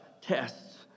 tests